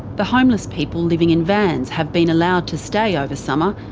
the homeless people living in vans have been allowed to stay over summer,